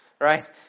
Right